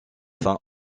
fin